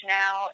now